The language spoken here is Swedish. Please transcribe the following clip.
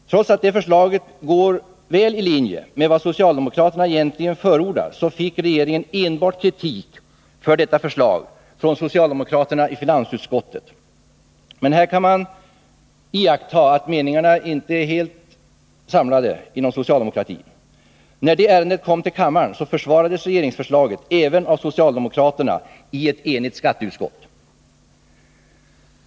Trots att det förslaget ligger 73 väl i linje med vad socialdemokraterna egentligen förordar fick regeringen enbart kritik för detta förslag från socialdemokraterna i finansutskottet. Men här kan man iaktta att meningarna inte är helt samlade inom socialdemokratin. När ärendet kom till kammaren försvarades regeringsförslaget även av socialdemokraterna i ett enigt skatteutskott.